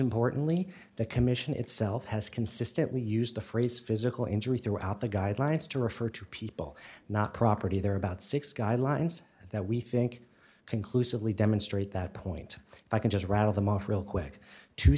importantly the commission itself has consistently used the phrase physical injury throughout the guidelines to refer to people not property there are about six guidelines that we think conclusively demonstrate that point if i can just rattle them off real quick to